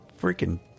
freaking